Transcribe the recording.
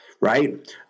right